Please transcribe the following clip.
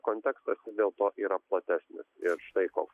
kontekstas dėl to yra platesnis ir štai koks